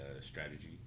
strategy